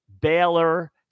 Baylor